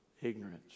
ignorance